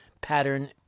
pattern